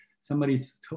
somebody's